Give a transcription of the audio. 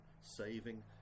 saving